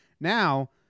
now